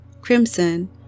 crimson